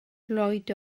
lloyd